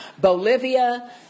Bolivia